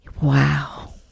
Wow